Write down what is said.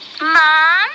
Mom